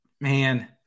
man